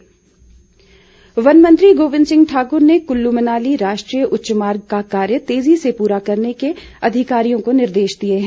गोविंद ठाक्र वनमंत्री गोविंद ठाकुर ने कुल्लू मनाली राष्ट्रीय उच्च मार्ग का कार्य तेजी से पूरा करने के अधिकारियों को निर्देश दिए हैं